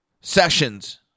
Sessions